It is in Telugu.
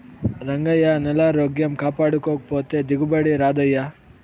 రంగయ్యా, నేలారోగ్యం కాపాడకపోతే దిగుబడి రాదయ్యా